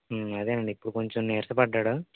అదే అండి ఇప్పుడు కొంచెం నీరసపడ్డాడు